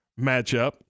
matchup